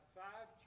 five